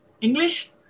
English